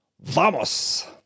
Vamos